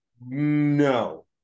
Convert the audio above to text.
No